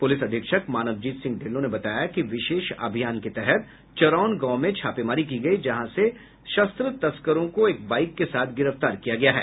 police अधीक्षक मानवजीत सिंह ढिल्लों ने बताया कि विशेष अभियान के तहत चरौन गांव में छापेमारी की गयी जहां से शस्त्र तस्करों को एक बाईक के साथ गिरफ्तार किया गया है